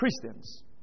Christians